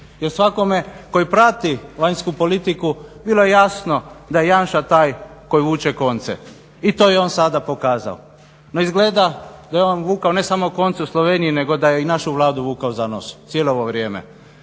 Jer svakome tko prati vanjsku politiku bilo je jasno da je Janša taj koji vuče konce i to je on sada pokazao. No izgleda da je on vukao ne samo konce u Sloveniji nego da je i našu Vladu vukao za nos cijelo ovo vrijeme.